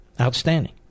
Outstanding